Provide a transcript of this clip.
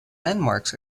landmarks